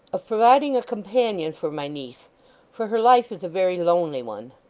of providing a companion for my niece for her life is a very lonely one.